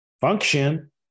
function